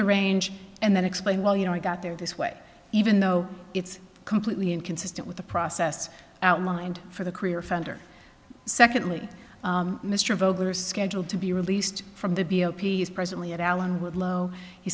the range and then explain well you know i got there this way even though it's completely inconsistent with the process outlined for the career offender secondly mr vogler scheduled to be released from the b o p s presently at allenwood low